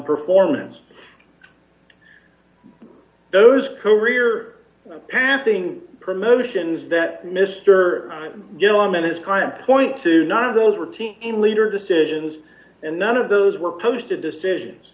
performance those career panting promotions that mr gillum and his client point to not of those were team in leader decisions and none of those were posted decisions